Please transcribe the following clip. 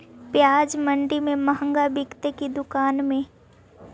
प्याज मंडि में मँहगा बिकते कि दुकान में?